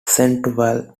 centerville